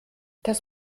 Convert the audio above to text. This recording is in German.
das